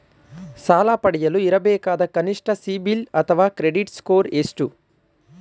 ಸಾಲ ಪಡೆಯಲು ಇರಬೇಕಾದ ಕನಿಷ್ಠ ಸಿಬಿಲ್ ಅಥವಾ ಕ್ರೆಡಿಟ್ ಸ್ಕೋರ್ ಎಷ್ಟು?